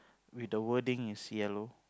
with the wording is yellow